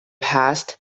past